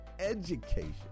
education